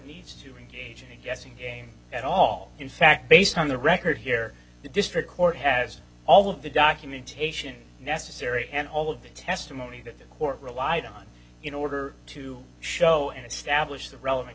needs to engage in a guessing game at all in fact based on the record here the district court has all of the documentation necessary and all of the testimony that the court relied on in order to show and establish the relevant